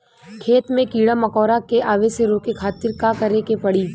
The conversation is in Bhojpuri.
खेत मे कीड़ा मकोरा के आवे से रोके खातिर का करे के पड़ी?